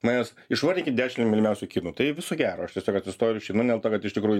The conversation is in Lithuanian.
manęs išvardinkit dešim mylimiausių kinų tai viso gero aš tiesiog atsistoju išeinu dėl to kad iš tikrųjų